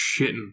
shitting